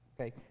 okay